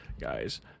guys